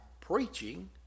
preaching